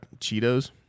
Cheetos